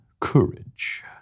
courage